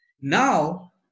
Now